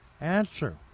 Answer